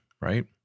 right